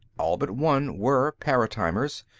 all but one were paratimers.